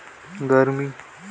मेझरी कोन सा माह मां लगथे